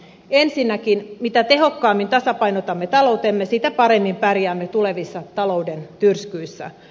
ensinnäkin mitä tehokkaammin tasapainotamme taloutemme sitä paremmin pärjäämme tulevissa talouden tyrskyissä